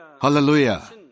Hallelujah